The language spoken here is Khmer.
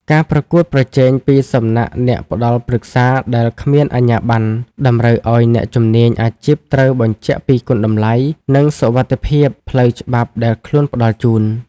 ការប្រកួតប្រជែងពីសំណាក់អ្នកផ្ដល់ប្រឹក្សាដែលគ្មានអាជ្ញាប័ណ្ណ តម្រូវឱ្យអ្នកជំនាញអាជីពត្រូវបញ្ជាក់ពីគុណតម្លៃ និងសុវត្ថិភាពផ្លូវច្បាប់ដែលខ្លួនផ្ដល់ជូន។